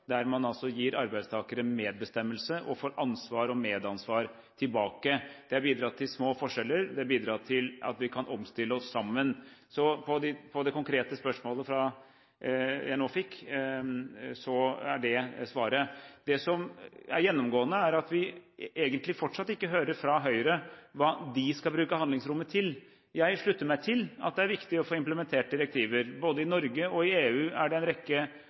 der man altså gir arbeidstakere medbestemmelse og får ansvar og medansvar tilbake. Det har bidratt til små forskjeller, det har bidratt til at vi kan omstille oss sammen. Så på det konkrete spørsmålet jeg nå fikk, er det svaret. Det som er gjennomgående, er at vi egentlig fortsatt ikke hører fra Høyre hva de skal bruke handlingsrommet til. Jeg slutter meg til at det er viktig å få implementert direktiver. Både i Norge og i en rekke land i EU strever man med å få direktivene implementert, og en av grunnene er det